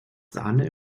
sahne